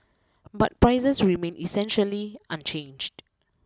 but prices remained essentially unchanged